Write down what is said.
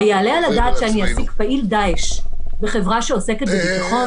היעלה על הדעת שאני אעסיק פעיל דעאש בחברה שעוסקת בביטחון?